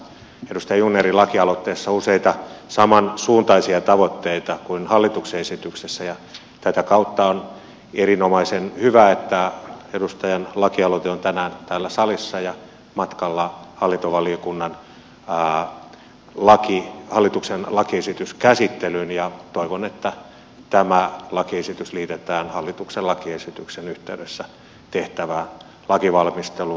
edustaja jungnerin lakialoitteessa on useita samansuuntaisia tavoitteita kuin hallituksen esityksessä ja tätä kautta on erinomaisen hyvä että edustajan lakialoite on tänään täällä salissa ja matkalla hallintovaliokunnan hallituksen lakiesityksen käsittelyyn ja toivon että tämä lakiesitys liitetään hallituksen lakiesityksen yhteydessä tehtävään lainvalmisteluun